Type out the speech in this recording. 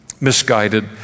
misguided